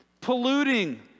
Polluting